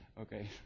Okay